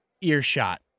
earshot